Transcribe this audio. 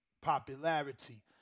popularity